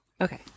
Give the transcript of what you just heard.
Okay